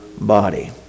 body